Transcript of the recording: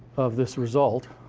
of this result,